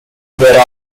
there